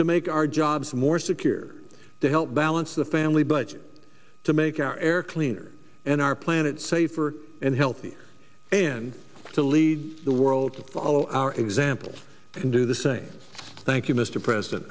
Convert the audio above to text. to make our jobs more secure to help balance the family budget to make our air cleaner and our planet safer and healthier and to lead the world to follow our example can do the same thank you mr president